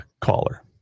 caller